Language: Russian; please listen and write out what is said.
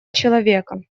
человека